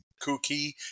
kooky